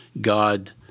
God